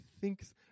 thinks